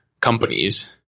companies